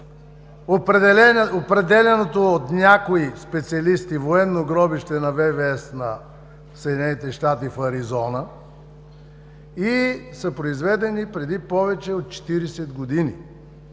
определяното от някой специалисти военно гробище на ВВС на Съединените щати в Аризона, и са произведени преди повече от 40 години.